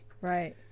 right